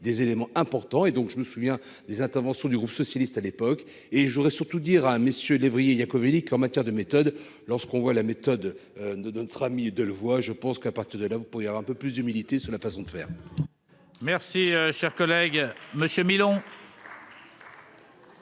des éléments importants, et donc je me souviens des interventions du groupe socialiste à l'époque et je voudrais surtout dire hein messieurs lévriers a communique en matière de méthode lorsqu'on voit la méthode ne donne sera mis Delevoye je pense qu'à partir de là, vous pouvez avoir un peu plus d'humidité sur la façon de faire. Merci, cher collègue Monsieur Milon.